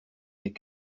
des